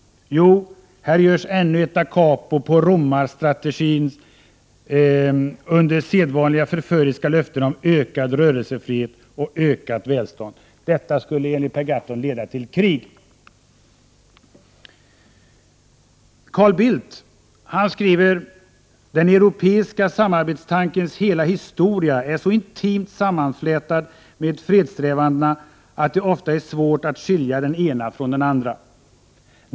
Jo, här görs ännu ett da capo på romarstrategin, under sedvanliga förföriska löften om ökad rörelsefrihet — Prot. 1988/89:129 och ökat välstånd.” Detta skulle enligt Per Gahrton leda till krig. 6 juni 1989 Carl Bildt skriver: ”Den europeiska samarbetstankens hela histora är så intimt sammanflätad med fredssträvandena att det ofta är svårt att skilja det ena från det andra.